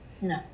No